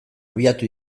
abiatu